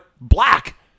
black